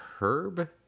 Herb